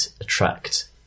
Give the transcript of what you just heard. attract